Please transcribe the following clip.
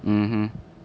mmhmm